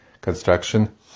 construction